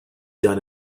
done